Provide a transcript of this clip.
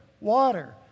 water